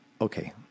okay